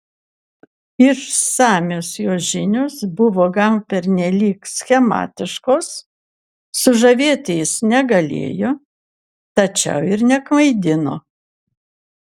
išsamios jo žinios buvo gal pernelyg schematiškos sužavėti jis negalėjo tačiau ir neklaidino